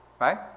right